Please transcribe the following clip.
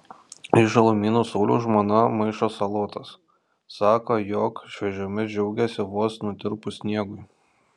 iš žalumynų sauliaus žmona maišo salotas sako jog šviežiomis džiaugiasi vos nutirpus sniegui